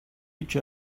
each